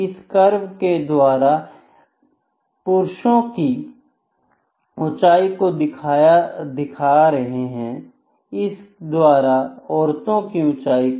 इस कर्व के द्वारा पुरुषों की ऊंचाई को दिखा रहे हैं और इसके द्वारा औरतों की ऊंचाई को